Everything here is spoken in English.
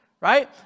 Right